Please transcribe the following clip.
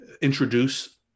introduce